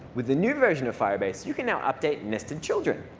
with the new version of firebase, you can now update nested children.